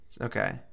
okay